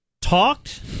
talked